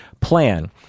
plan